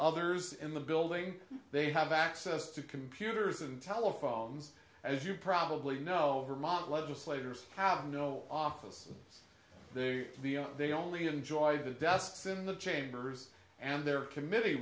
others in the building they have access to computers and telephones as you probably know vermont legislators have no office the they only enjoy the desks in the chambers and there are committee